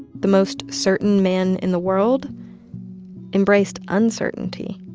the most certain man in the world embraced uncertainty,